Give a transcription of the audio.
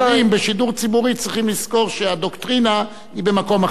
כשמדברים בשידור ציבורי צריך לזכור שהדוקטרינה היא במקום אחר.